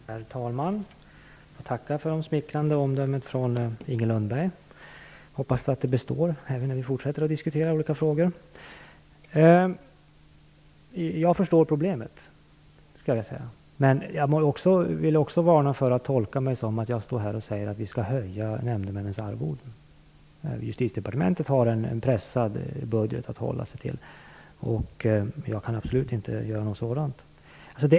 Herr talman! Jag tackar för det smickrande omdömet från Inger Lundberg, och jag hoppas att det består även under fortsatta diskussioner om olika frågor. Jag förstår problemet. Men jag vill också varna för tolkningen att jag säger att vi skall höja nämndemännens arvode. Justitiedepartementet har en pressad budget att hålla sig till, och jag kan absolut inte göra något sådant.